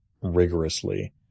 rigorously